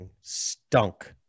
stunk